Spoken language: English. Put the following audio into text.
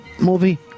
movie